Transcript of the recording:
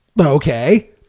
okay